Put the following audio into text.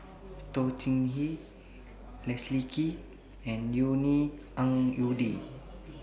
Toh Chin Chye Leslie Kee and Yvonne Ng Uhde